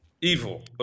Evil